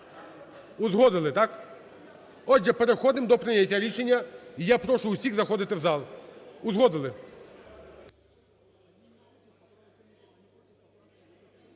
Узгодили, так? Отже, переходимо до прийняття рішення і я прошу усіх заходити в зал. Узгодили?